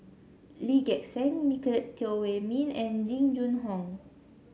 Lee Gek Seng Nicolette Teo Wei Min and Jing Jun Hong